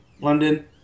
London